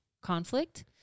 conflict